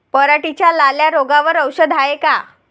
पराटीच्या लाल्या रोगावर औषध हाये का?